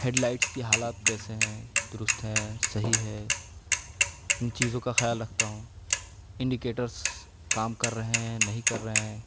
head lights کی حالات کیسے ہیں درست ہیں صحیح ہے ان چیزوں کا خیال رکھتا ہوں انڈیکٹرس کام کر رہے ہیں نہیں کر رہے ہیں